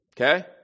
Okay